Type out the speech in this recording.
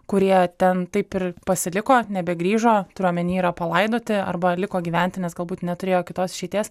kurie ten taip ir pasiliko nebegrįžo turiu omeny yra palaidoti arba liko gyventi nes galbūt neturėjo kitos išeities